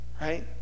Right